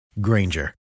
Granger